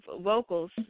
vocals